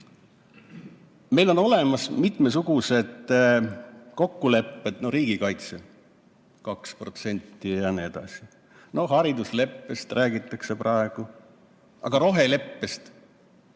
Meil on olemas mitmesugused kokkulepped: riigikaitse 2% ja nii edasi. Haridusleppest räägitakse praegu, aga roheleppest,